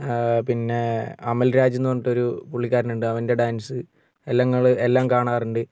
പിന്നെ അമൽ രാജിന്ന് പറഞ്ഞിട്ടൊരു പുള്ളിക്കാരനുണ്ട് അവൻ്റെ ഡാൻസ് എല്ലങ്ങള് എല്ലാം കാണാറുണ്ട്